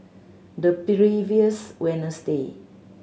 the previous Wednesday